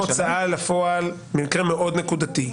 זה נכון לגבי רשם ההוצאה לפועל במקרה מאוד נקודתי.